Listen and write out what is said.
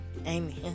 Amen